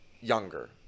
younger